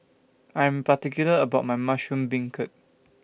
I Am particular about My Mushroom Beancurd